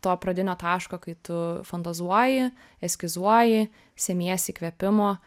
to pradinio taško kai tu fantazuoji eskizuoji semiesi įkvėpimo